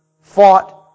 fought